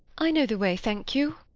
i know the way, thank you.